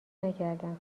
نکردم